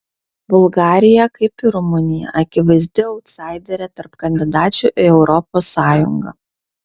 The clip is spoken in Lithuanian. bulgarija kaip ir rumunija akivaizdi autsaiderė tarp kandidačių į europos sąjungą